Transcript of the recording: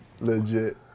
legit